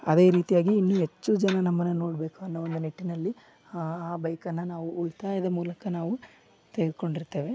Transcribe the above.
ಅದೇ ರೀತಿಯಾಗಿ ಇನ್ನು ಹೆಚ್ಚು ಜನ ನಮ್ಮನ್ನ ನೋಡಬೇಕು ಅನ್ನೋ ಒಂದು ನಿಟ್ಟಿನಲ್ಲಿ ಬೈಕನ್ನ ನಾವು ಉಳಿತಾಯದ ಮೂಲಕ ನಾವು ತೆಗೆದುಕೊಂಡಿರ್ತೇವೆ